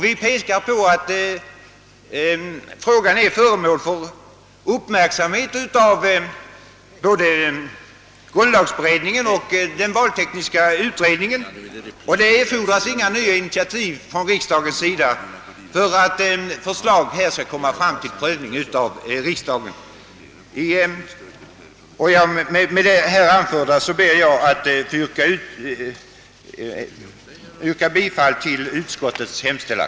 Vi pekar på att den är föremål för uppmärksamhet inom både grundlagberedningen och den valtekniska utredningen. Det erfordras alltså inga nya initiativ av riksdagen för att förslag skall läggas under dess prövning. Med det här anförda, herr talman, ber jag att få yrka bifall till utskottets hemställan.